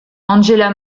angela